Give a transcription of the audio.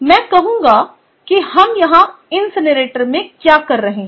मैं कहूंगा कि हम यहाँ इनसिनरेटर में क्या कर रहे हैं